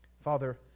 Father